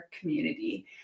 community